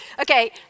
Okay